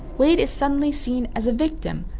wade is suddenly seen as a victim,